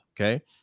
Okay